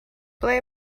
ble